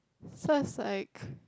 so I like